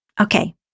Okay